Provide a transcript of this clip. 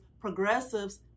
progressives